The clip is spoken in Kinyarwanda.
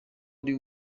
ari